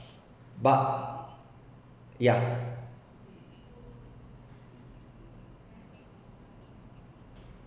but yeah